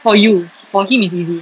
for you for him it's easy